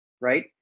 right